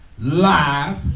live